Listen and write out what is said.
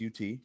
UT